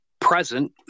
Present